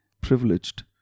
privileged